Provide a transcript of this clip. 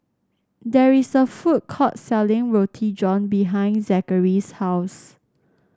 there is a food court selling Roti John behind Zachery's house